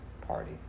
party